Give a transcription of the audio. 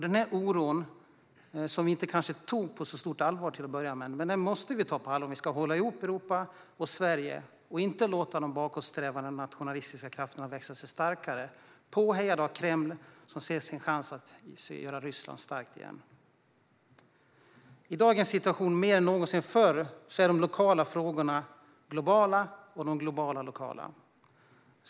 Denna oro, som vi kanske inte tog på stort allvar till att börja med, måste vi ta på allvar om vi ska hålla ihop Europa och Sverige och inte låta de bakåtsträvande nationalistiska krafterna växa sig starkare, påhejade av Kreml som ser sin chans att göra Ryssland starkt igen. I dagens situation, mer än någonsin förr, är de lokala frågorna globala och de globala frågorna lokala.